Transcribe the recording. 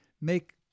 make